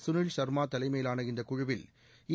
சுனில்ஷாமா தலைமையிலான இந்த குழுவில்ஈ